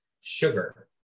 sugar